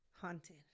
Haunted